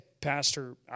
Pastor